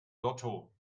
lotto